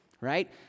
Right